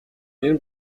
энэ